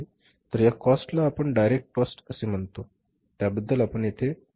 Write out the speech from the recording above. तर या कॉस्ट ला आपण डायरेक्ट कॉस्ट असे म्हणतो ज्याबद्दल आपण येथे चर्चा केली